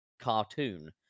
cartoon